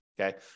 okay